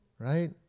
Right